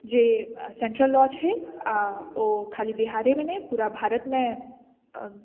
जे central law छै आ ओ खाली बिहारेमे नहि पूरा भारतमे